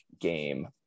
game